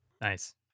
Nice